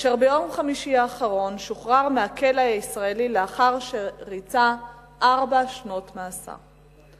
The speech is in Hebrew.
אשר ביום חמישי האחרון שוחרר מהכלא הישראלי לאחר שריצה ארבע שנות מאסר.